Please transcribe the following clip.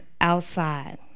outside